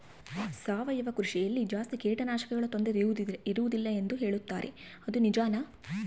ಸಾವಯವ ಕೃಷಿಯಲ್ಲಿ ಜಾಸ್ತಿ ಕೇಟನಾಶಕಗಳ ತೊಂದರೆ ಇರುವದಿಲ್ಲ ಹೇಳುತ್ತಾರೆ ಅದು ನಿಜಾನಾ?